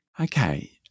Okay